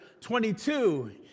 22